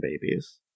babies